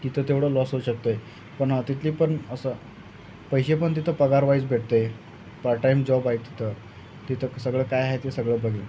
तिथं तेवढं लॉस होऊ शकतं आहे पण तिथली पण असं पैसे पण तिथं पगारवाईज भेटतं आहे पार्ट टाईम जॉब आहे तिथं तिथं सगळं काय आहे ते सगळं बघितलं